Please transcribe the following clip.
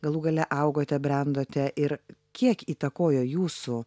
galų gale augote brendote ir kiek įtakojo jūsų